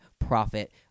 profit